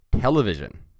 television